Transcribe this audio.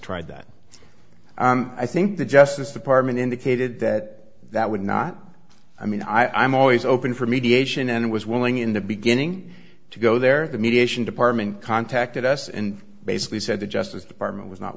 tried that i think the justice department indicated that that would not i mean i'm always open for mediation and was willing in the beginning to go there the mediation department contacted us and basically said the justice department